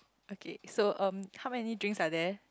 okay so um how many drinks are there